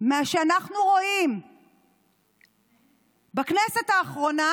שאנחנו רואים בכנסת האחרונה,